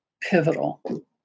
pivotal